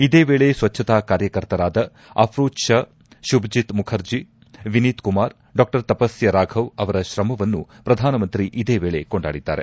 ಇದೇ ವೇಳೆ ಸ್ವಚ್ಚತಾ ಕಾರ್ಯಕರ್ತರಾದ ಅಫ್ರೋಜ್ ಶಾ ಶುಭಜಿತ್ ಮುಖರ್ಜಿ ವಿನೀತ್ ಕುಮಾರ್ ಡಾ ತಪಸ್ಥ ರಾಘವ್ ಅವರ ಶ್ರಮವನ್ನು ಪ್ರಧಾನಮಂತ್ರಿ ಇದೇ ವೇಳೆ ಕೊಂಡಾಡಿದ್ದಾರೆ